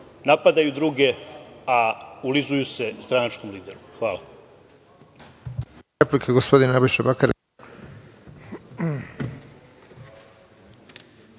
napadaju druge, a ulizuju se stranačkom lideru. Hvala.